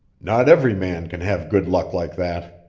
not every man can have good luck like that.